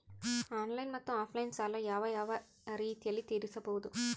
Online ಮತ್ತೆ offline ಸಾಲ ಯಾವ ಯಾವ ರೇತಿನಲ್ಲಿ ತೇರಿಸಬಹುದು?